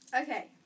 Okay